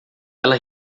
ela